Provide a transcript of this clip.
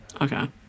okay